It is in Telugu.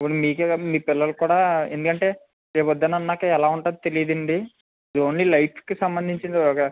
ఇప్పుడు మీకే కాదు మీ పిల్లలకి కూడా ఎందుకు అంటే రేపు ప్రొద్దున అన్నాక ఎలా ఉంటుందో తెలియదు అండి ఇది ఓన్లీ లైఫ్కి సంబంధించింది కదా